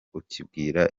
ukibwira